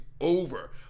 over